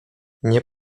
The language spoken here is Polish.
nie